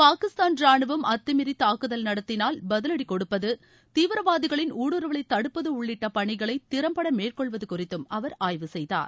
பாகிஸ்தான் ராணுவம் அத்தமீறி தாக்குதல் நடத்தினால் பதிவடி கொடுப்பது தீவிரவாதிகளின் ஊடுருவலை தடுப்பது உள்ளிட்ட பணிகளை திறம்பட மேற்கொள்வது குறித்தும் அவர் ஆய்வு செய்தார்